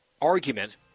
argument